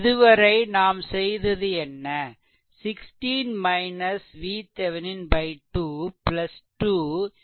இதுவரை நாம் செய்தது என்ன16 VThevenin 2 2 VThevenin 6